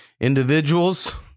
individuals